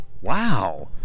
Wow